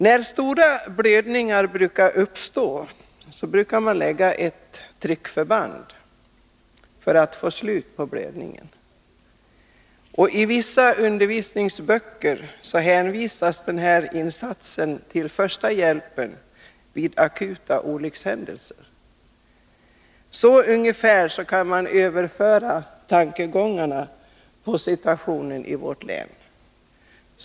När stora blödningar uppstår brukar man lägga ett tryckförband, för att få slut på blödningen. I vissa undervisningsböcker hänvisas den här insatsen till första hjälpen vid akuta olyckshändelser. Så ungefär kan man överföra tankegångarna på situationen i vårt län.